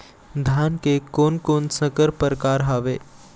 धान के कोन कोन संकर परकार हावे?